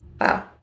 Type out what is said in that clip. Wow